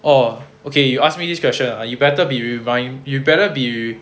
orh okay you ask me this question ah you better be rewind you better be